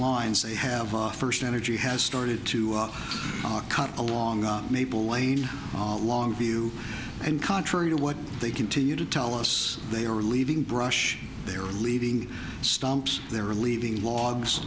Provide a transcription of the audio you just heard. lines they have first energy has started to cut along maple lane long view and contrary to what they continue to tell us they are leaving brush they are leaving stumps they're leaving logs